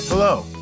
Hello